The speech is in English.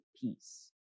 Peace